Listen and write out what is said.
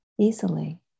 easily